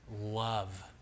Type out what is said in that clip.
love